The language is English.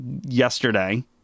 yesterday